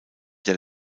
der